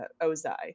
Ozai